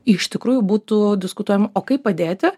iš tikrųjų būtų diskutuojama o kaip padėti